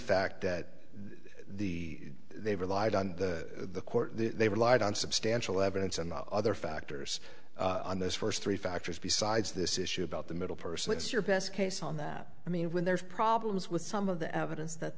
fact that the they relied on the court they relied on substantial evidence and other factors on those first three factors besides this issue about the middle person it's your best case on that i mean when there's problems with some of the evidence that